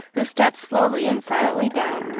who stepped slowly and silently down,